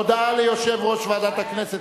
הודעה ליושב-ראש ועדת הכנסת.